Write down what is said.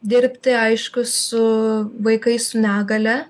dirbti aišku su vaikais su negalia